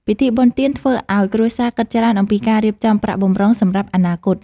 ពិធីបុណ្យទានធ្វើឱ្យគ្រួសារគិតច្រើនអំពីការរៀបចំប្រាក់បម្រុងសម្រាប់អនាគត។